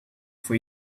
for